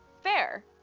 Fair